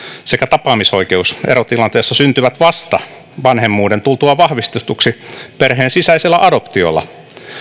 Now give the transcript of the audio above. sekä tapaamisoikeus erotilanteessa syntyvät vasta vanhemmuuden tultua vahvistetuksi perheen sisäisellä adoptiolla